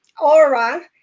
aura